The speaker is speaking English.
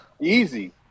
Easy